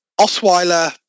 Osweiler